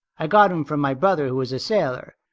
i got him from my brother who was a sailor.